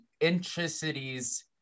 intricities